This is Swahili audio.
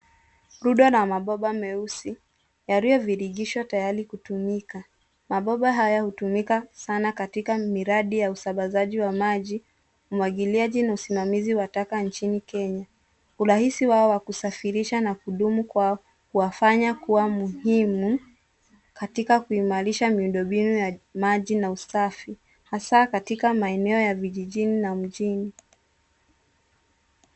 Rundo na mabomba meusi, yaliyovirigishwa tayari kutumika. Mabomba haya hutumika sana katika miradi ya usambazaji wa maji, umwagiliaji na usimamizi wa taka nchini Kenya. Urahisi wao wa kusafirisha na kudumu kwao huwafanya kuwa muhimu katika kuhimarisha miundo mbinu ya maji na usafi, hasa katika maeneo ya vijijini na mjini.